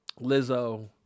Lizzo